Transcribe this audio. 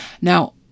Now